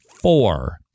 Four